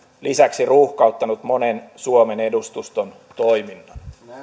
lisäksi ruuhkauttanut monen suomen edustuston toiminnan